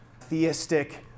theistic